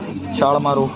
ਛਾਲ ਮਾਰੋ